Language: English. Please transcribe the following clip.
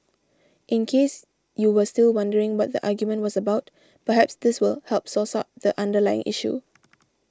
in case you were still wondering what the argument was about perhaps this will help source out the underlying issue